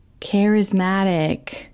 charismatic